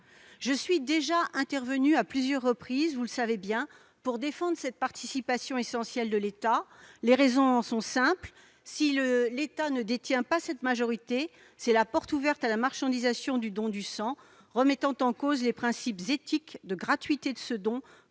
Je suis déjà intervenue, à plusieurs reprises, vous le savez bien, pour défendre cette participation essentielle de l'État. Les raisons en sont simples : si l'État ne détient pas cette majorité, c'est la porte ouverte à la marchandisation du don du sang, remettant en cause les principes éthiques de gratuité de ce don,